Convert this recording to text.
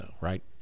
Right